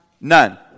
none